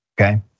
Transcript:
okay